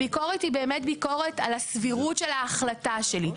הביקורת היא באמת ביקורת על הסבירות של ההחלטה שלי.